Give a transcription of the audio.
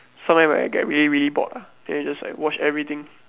sometime when I get really really bored ah then I just like watch everything